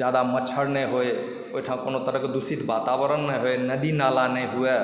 ज्यादा मच्छर नहि होय ओहिठाम कोनो तरहके दूषित वातावरण नहि होय नदी नाला नहि हुए